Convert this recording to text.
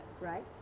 Right